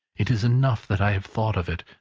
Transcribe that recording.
it is enough that i have thought of it,